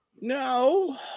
No